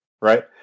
Right